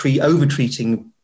over-treating